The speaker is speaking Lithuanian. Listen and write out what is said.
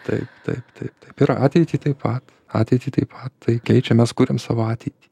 taip taip taip taip ir ateitį taip pat ateitį taip pat tai keičia mes kuriam savo ateitį